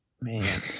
Man